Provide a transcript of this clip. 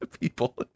people